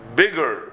bigger